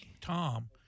Tom